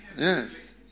Yes